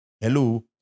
Hello